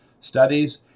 studies